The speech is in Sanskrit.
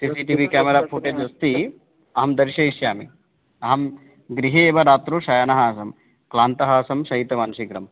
C C T V camera footage अस्ति अहं दर्शयिष्यामि अहं गृहे एव रात्रौ शयनः आसं क्लान्तः आसं शयितवान् शीघ्रम्